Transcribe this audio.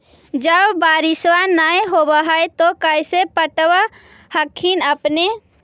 जब बारिसबा नय होब है तो कैसे पटब हखिन अपने?